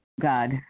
God